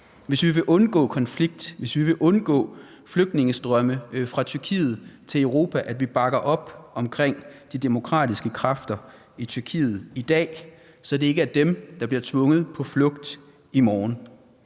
hvis vi vil undgå konflikt, hvis vi vil undgå flygtningestrømme fra Tyrkiet til Europa, at vi bakker op om de demokratiske kræfter i Tyrkiet i dag, så det ikke er dem, der bliver tvunget på flugt i morgen.